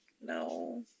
No